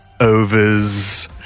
overs